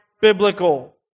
biblical